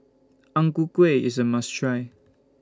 Ang Ku Kueh IS A must Try